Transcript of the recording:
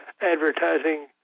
advertising